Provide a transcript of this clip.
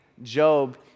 Job